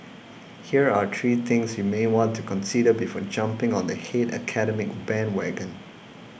here are three things you may want to consider before jumping on the hate academic bandwagon